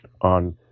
on